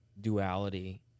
duality